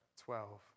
twelve